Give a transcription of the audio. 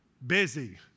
Busy